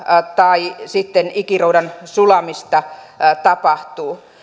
tai sitten ikiroudan sulamista tapahtuu